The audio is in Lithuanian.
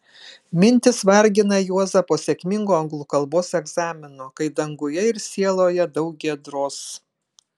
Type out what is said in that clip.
mintys vargina juozą po sėkmingo anglų kalbos egzamino kai danguje ir sieloje daug giedros